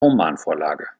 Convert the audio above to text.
romanvorlage